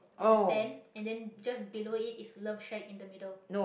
of the stand and then just below it is love shack in the middle